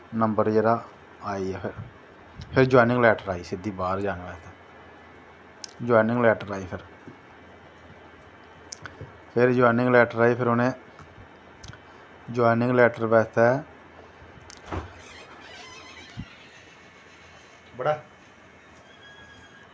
number जेह्ड़ा आईया फिर फिर जवाईनिंग लैटर आई सिध्दी बाह्र जानैं बास्तै जवाईनिंग लैट्टर आई फिर फिर जवाईनिंग लैट्टर आई फिर उनैं जवाईनिंग लैट्टर बास्तै